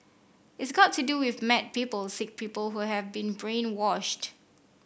it's got to do with mad people sick people who have been brainwashed